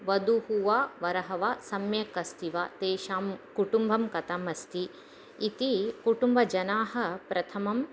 वधूः वा वरः वा सम्यक् अस्ति वा तेषां कुटुम्बः कथम् अस्ति इति कुटुम्बजनाः प्रथमं